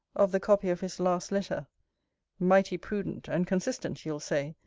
of the copy of his last letter mighty prudent, and consistent, you'll say,